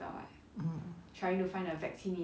mm